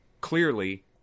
clearly